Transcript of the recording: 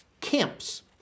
camps